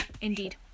Indeed